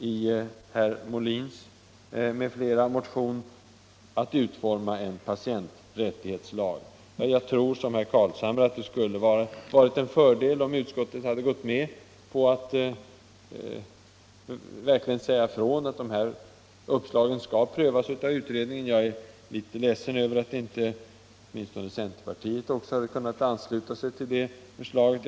I likhet med herr Carlshamre tror jag att det hade varit till fördel om utskottet hade gått med på att förklara att dessa uppslag skall prövas av utredningen. Jag är litet ledsen över att inte ens centerpartiet kunde ansluta sig till det förslaget.